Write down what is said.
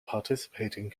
participating